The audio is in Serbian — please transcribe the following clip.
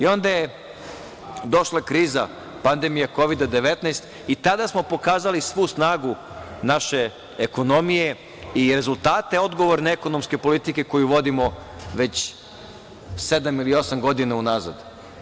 Onda je došla kriza pandemije Kovida-19, i tada smo pokazali svu snagu naše ekonomije i rezultate odgovorne ekonomske politike koju vodimo već sedam ili osam godina unazad.